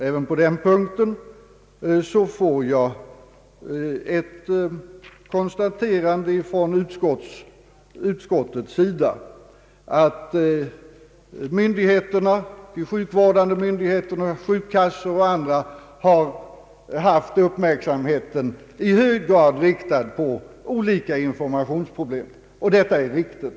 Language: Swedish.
Även på den punkten får jag ett konstaterande från utskottet, att de sjukvårdande myndigheterna, sjukkassor och andra, har haft uppmärksamheten i hög grad riktad på olika informationsproblem. Detta är riktigt.